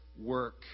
work